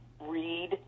read